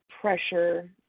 pressure